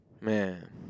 Man